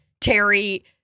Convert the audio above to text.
Terry